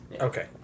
Okay